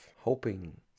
hoping